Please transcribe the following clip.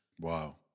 Wow